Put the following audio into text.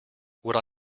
what